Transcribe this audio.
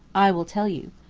i will tell you.